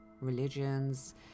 religions